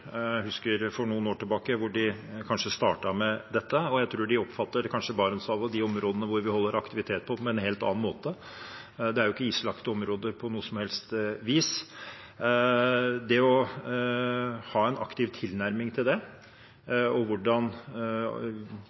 husker for noen år tilbake, da de startet med dette, og jeg tror de kanskje oppfatter Barentshavet og de områdene hvor vi holder på med aktivitet, på en helt annen måte. Det er ikke islagte områder på noe som helst vis. Det å ha en aktiv tilnærming til det og også hvordan